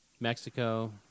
Mexico